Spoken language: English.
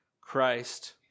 Christ